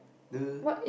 the